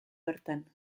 bertan